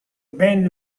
ben